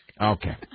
Okay